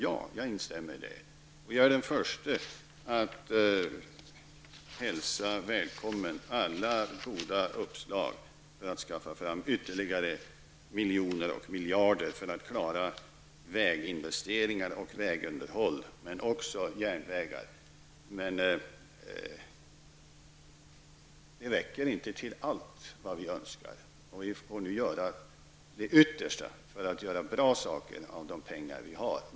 Jag är den förste att hälsa alla goda uppslag välkomna för att skaffa fram ytterligare miljoner och miljarder för att klara väginvesteringar och vägunderhåll men också järnvägar. Men det räcker inte till allt vi önskar. Och vi får nu göra det yttersta för att göra bra saker av de pengar vi har.